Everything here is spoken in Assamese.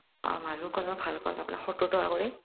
অ' মালভোগ কল ভাল কল আপোনাৰ সত্তৰ টকা কৰি